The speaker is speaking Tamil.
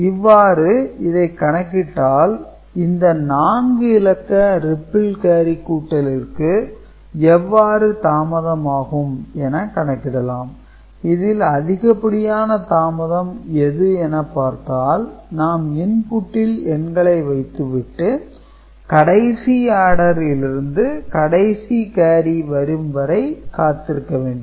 இவ்வாறு இதைக் கணக்கிட்டால் இந்த 4 இலக்க ரிப்பிள் கேரி கூட்டலிற்கு எவ்வாறு தாமதம் ஆகும் என கணக்கிடலாம் இதில் அதிகப்படியான தாமதம் எது என பார்த்தால் நாம் இன்புட்டில் எண்களை வைத்துவிட்டு கடைசி ஆடரில் இருந்து கடைசி கேரி வரும் வரை காத்திருக்க வேண்டும்